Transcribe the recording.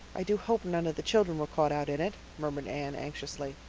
i do hope none of the children were caught out in it, murmured anne anxiously.